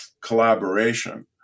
collaboration